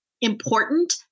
important